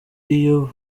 iyo